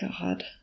God